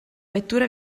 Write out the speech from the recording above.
vettura